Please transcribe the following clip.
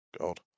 God